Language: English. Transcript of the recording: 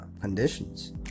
conditions